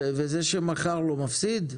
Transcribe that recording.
וזה שמכר לו מפסיד?